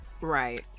Right